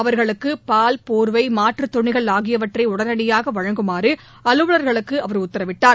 அவர்களுக்கு பால் போர்வை மாற்றுத்துணிகள் ஆகியவற்றை உடனடியாக வழங்குமாறு அலுவலர்களுக்கு அவர் உத்தரவிட்டார்